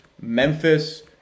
Memphis